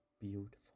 beautiful